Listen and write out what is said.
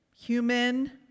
human